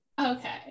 Okay